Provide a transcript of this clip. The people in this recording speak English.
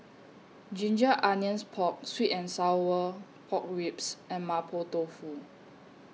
Ginger Onions Pork Sweet and Sour Pork Ribs and Mapo Tofu